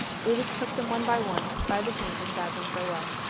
brutus took them, one by one, by the hand and bade them farewell.